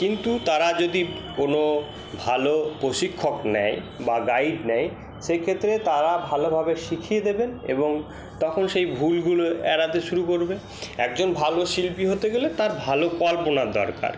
কিন্তু তারা যদি কোনো ভালো প্রশিক্ষক নেয় বা গাইড নেয় সেই ক্ষেত্রে তারা ভালোভাবে শিখিয়ে দেবেন এবং তখন সেই ভুলগুলো এড়াতে শুরু করবে একজন ভালো শিল্পী হতে গেলে তার ভালো কল্পনার দরকার